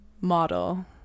model